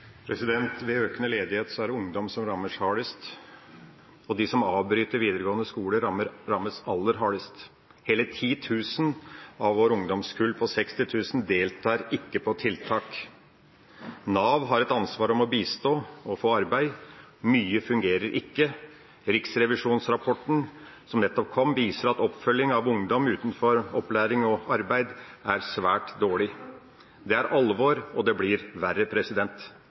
det ungdom som rammes hardest, og de som avbryter videregående skole, rammes aller hardest. Hele 10 000 av vårt ungdomskull på 60 000 deltar ikke på tiltak. Nav har et ansvar for å bistå dem i å få arbeid, men mye fungerer ikke. Riksrevisjonsrapporten som nettopp kom, viser at oppfølging av ungdom utenfor opplæring og arbeid er svært dårlig. Det er alvor, og det blir verre.